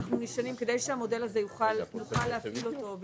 אני מבקשת לקבל את ההסתייגות הזו.